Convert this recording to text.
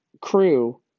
crew